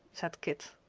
said kit.